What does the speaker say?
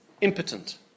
Impotent